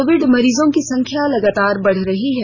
Covid मरीजों की संख्या लगातार बढ़ रही है